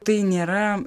tai nėra